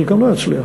חלקם לא יצליח.